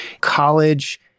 college